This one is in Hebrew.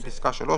בפסקה (3),